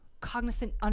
cognizant